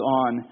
on